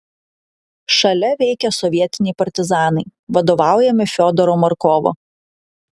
šalia veikia sovietiniai partizanai vadovaujami fiodoro markovo